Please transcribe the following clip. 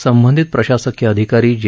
संबंधित प्रशासकीय अधिकारी जे